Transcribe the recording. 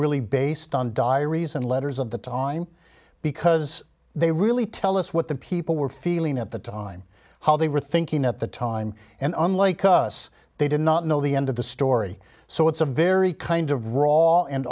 really based on diaries and letters of the time because they really tell us what the people were feeling at the time how they were thinking at the time and unlike us they did not know the end of the story so it's a very kind of raw and